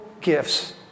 gifts